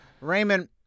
raymond